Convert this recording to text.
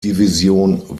division